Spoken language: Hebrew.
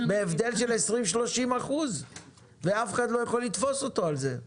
בהבדל של 20%-30% ואף אחד לא יכול לתפוס אותו על זה.